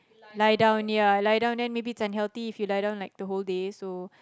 lie down ya lie down then maybe it's unhealthy if you lie down like the whole day so